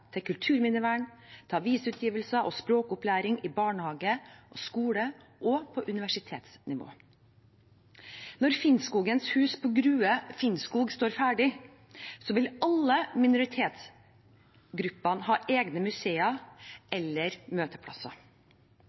kulturminnevern, avisutgivelser og språkopplæring i barnehager, i skoler og på universitetsnivå. Når Finnskogens hus i Grue Finnskog står ferdig, vil alle minoritetsgruppene ha egne museer eller møteplasser.